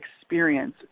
experience